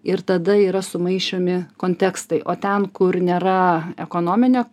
ir tada yra sumaišomi kontekstai o ten kur nėra ekonominio